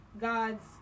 god's